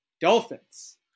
Dolphins